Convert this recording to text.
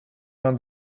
vingt